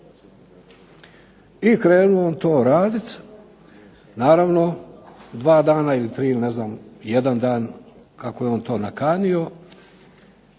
I krenuo on to raditi, naravno dva dana ili tri, ne znam jedan dan kako je on to nakanio,